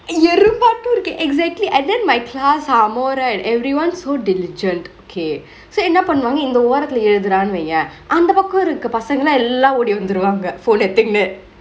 எறும்பாட்டோ இருக்கு:erumbaato irukku exactly and then my class somemore right everyone so diligent okay so என்ன பன்னுவாங்க இந்த ஓரத்துல எழுதுரானுவையே அந்த பக்கோ இருக்கர பசங்க எல்லா ஒடி வந்துருவாங்க:enna pannuvangkge indtha orathule ezhuthuraanuvaiye anthe paako irukara pasangkge ella oodi vanthuruvangkge for that thingk there